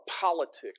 politics